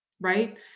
right